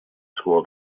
school